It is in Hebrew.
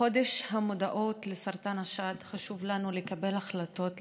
בחודש המודעות לסרטן השד חשוב לנו לקבל החלטות,